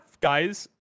guys